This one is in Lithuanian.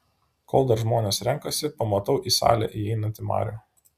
kol dar žmonės renkasi pamatau į salę įeinantį marių